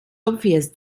obvious